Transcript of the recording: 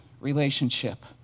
relationship